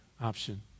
option